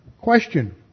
question